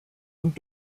und